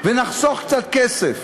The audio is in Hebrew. ונחסוך קצת כסף.